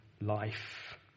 life